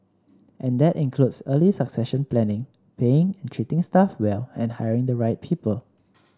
and that includes early succession planning paying and treating staff well and hiring the right people